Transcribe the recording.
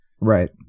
Right